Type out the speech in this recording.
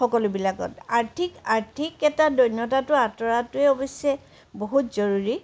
বিলাকত আৰ্থিক আৰ্থিক এটা দন্যতাটো আতঁৰাটোয়েই অৱশ্যে বহুত জৰুৰী